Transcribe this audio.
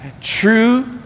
true